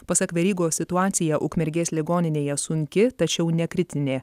pasak verygos situacija ukmergės ligoninėje sunki tačiau ne kritinė